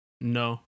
no